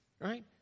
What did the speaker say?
Right